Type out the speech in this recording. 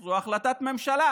הוא החלטת ממשלה,